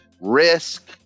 risk